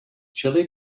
chili